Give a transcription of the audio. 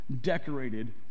decorated